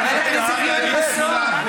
אוקיי, מילה אחרונה.